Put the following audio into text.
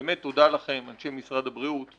באמת תודה לכם אנשי משרד הבריאות,